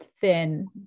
thin